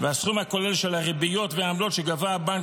והסכום הכולל של הריביות והעמלות שגבה הבנק